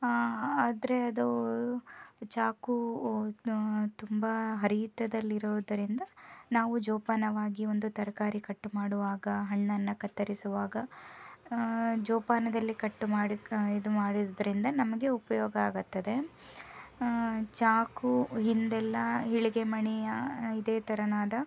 ಆದರೆ ಅದು ಚಾಕು ತುಂಬ ಹರಿತದಲ್ಲಿರೋದರಿಂದ ನಾವು ಜೋಪಾನವಾಗಿ ಒಂದು ತರಕಾರಿ ಕಟ್ ಮಾಡುವಾಗ ಹಣ್ಣನ್ನು ಕತ್ತರಿಸುವಾಗ ಜೋಪಾನದಲ್ಲಿ ಕಟ್ ಮಾಡಿ ಇದು ಮಾಡೋದ್ರಿಂದ ನಮಗೆ ಉಪಯೋಗ ಆಗುತ್ತದೆ ಚಾಕು ಹಿಂದೆಲ್ಲ ಈಳಿಗೆ ಮಣೆಯ ಇದೇ ಥರನಾದ